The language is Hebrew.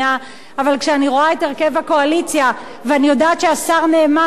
אבל כשאני רואה את הרכב הקואליציה ואני יודעת שהשר נאמן אמר שהוא מחויב,